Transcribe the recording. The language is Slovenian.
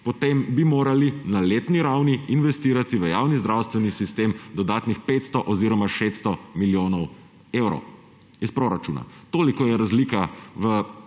potem bi morali na letni ravni investirati v javni zdravstveni sistem dodatnih 500 oziroma 600 milijonov evrov iz proračuna. Toliko je razlika v